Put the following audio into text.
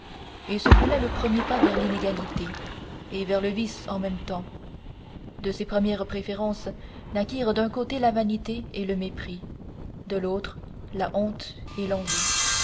et ce fut là le premier pas vers l'inégalité et vers le vice en même temps de ces premières préférences naquirent d'un côté la vanité et le mépris de l'autre la honte et l'envie